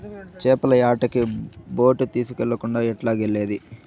చేపల యాటకి బోటు తీస్కెళ్ళకుండా ఎట్టాగెల్లేది